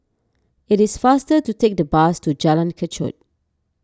it is faster to take the bus to Jalan Kechot